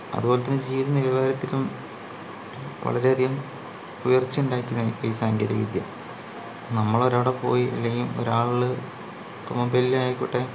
അതുപോലെതന്നെ ജീവിത നിലവാരത്തിലും വളരേയധികം ഉയർച്ച ഉണ്ടാക്കി കഴിഞ്ഞു ഇപ്പം ഈ സാങ്കേതികവിദ്യ നമ്മള് അവരവിടെ പോയി അല്ലെങ്കിൽ ഒരാള് മൊബൈലിൽ ആയിക്കോട്ടെ